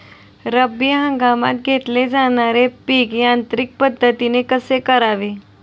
रब्बी हंगामात घेतले जाणारे पीक यांत्रिक पद्धतीने कसे करावे?